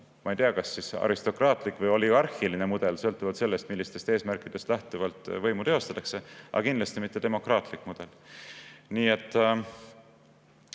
ma ei tea, aristokraatlik või oligarhiline mudel, sõltuvalt sellest, millistest eesmärkidest lähtuvalt võimu teostatakse, aga kindlasti mitte demokraatlik mudel. Kui me